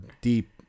deep